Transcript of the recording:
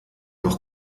noch